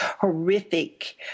horrific